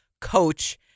coach